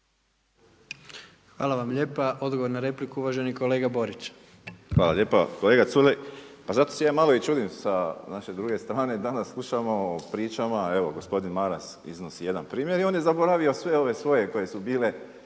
Hvala vam lijepa. Odgovor na repliku, uvaženi kolega Borić. **Borić, Josip (HDZ)** Hvala lijepa. Kolega Culej, pa zato se ja malo i čudim sa naše druge strane danas slušamo o pričamo, evo gospodin Maras iznosi jedan primjer i on je zaboravio sve ove svoje koje su bile